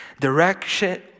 Direction